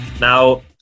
Now